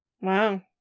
Wow